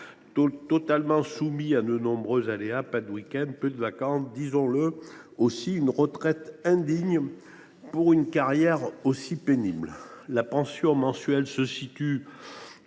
totalement soumis à de nombreux aléas, pas de week ends, peu de vacances, et – disons le – une retraite indigne pour une carrière aussi pénible. La pension mensuelle se situe